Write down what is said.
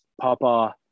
Papa